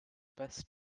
best